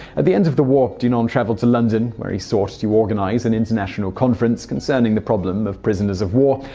at the end of the war, dunant you know um traveled to london, where he sought to organize an international conference concerning the problem of prisoners of war,